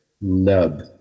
nub